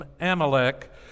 Amalek